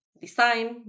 design